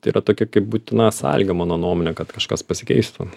tai yra tokia kaip būtina sąlyga mano nuomone kad kažkas pasikeistų